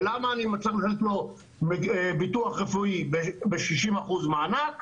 ולמה אני צריך לתת לו ביטוח רפואי ב-60 אחוזי מענק,